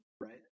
right